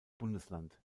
bundesland